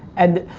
and,